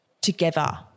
together